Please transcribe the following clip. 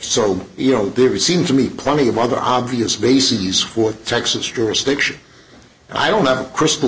so you know there seems to me plenty of other obvious bases for texas jurisdiction i don't have a crystal